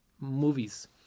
movies